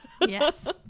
Yes